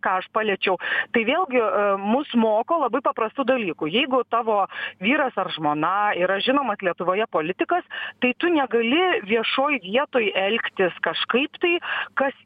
ką aš paliečiau tai vėlgi mus moko labai paprastų dalykų jeigu tavo vyras ar žmona yra žinomas lietuvoje politikas tai tu negali viešoj vietoj elgtis kažkaip tai kas